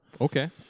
Okay